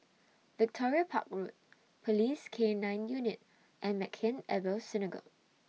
Victoria Park Road Police K nine Unit and Maghain Aboth Synagogue